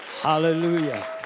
Hallelujah